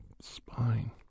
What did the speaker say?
spine